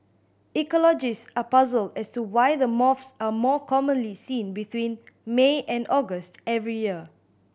ecologist are puzzled as to why the moths are more commonly seen between May and August every year